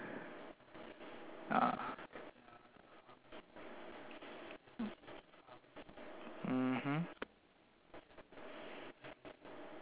ah mmhmm